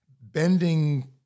bending